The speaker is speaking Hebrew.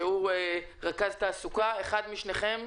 רכז תעסוקה באגף התקציבים,